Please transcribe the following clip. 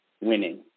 winning